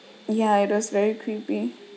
ya it was very creepy